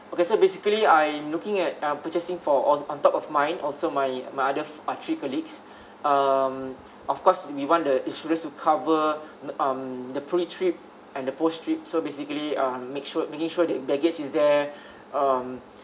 okay so basically I'm looking at uh purchasing for on on top of mine also my my other uh three colleagues um of course we want the insurance to cover um the pre-trip and the post trip so basically uh make sure making sure that baggage is there um